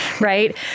right